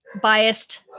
biased